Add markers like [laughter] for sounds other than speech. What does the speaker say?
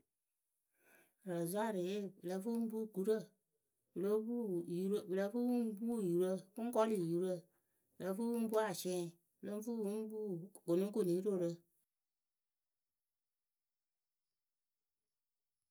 Razwariye pɨ lǝ́ǝ pɨ ŋ puu gurǝ pɨ lóo pu [hesitation] pɨ lǝ́ǝ fɨ pɨŋ puu yurǝ pɨŋ kɔlɩ yurǝ pɨ lǝ́ǝ fɨ pɨŋ puu asiɛŋ pɨ lǝ́ǝ fɨ pɨŋ puu gʊnɩgʊnɩrorǝ.